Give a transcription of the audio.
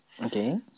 Okay